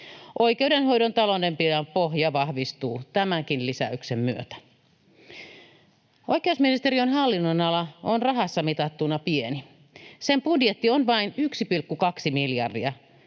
Oikeudenhoidon taloudenpidon pohja vahvistuu tämänkin lisäyksen myötä. Oikeusministeriön hallinnonala on rahassa mitattuna pieni. Sen budjetti on vain 1,2 miljardia,